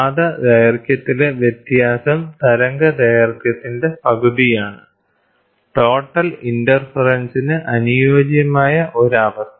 പാത ദൈർഘ്യത്തിലെ വ്യത്യാസം തരംഗദൈർഘ്യത്തിന്റെ പകുതിയാണ് ടോട്ടൽ ഇന്റർഫെറെൻസിന് അനുയോജ്യമായ ഒരു അവസ്ഥ